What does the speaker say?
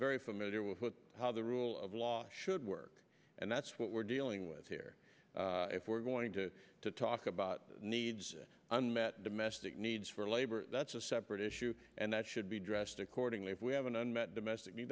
very familiar with how the rule of law should work and that's what we're dealing with here if we're going to talk about needs unmet domestic needs for labor that's a separate issue and that should be addressed accordingly if we have an unmet domestic